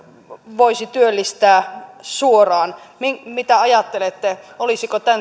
voisi työllistää suoraan mitä mitä ajattelette olisivatko